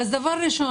דבר ראשון,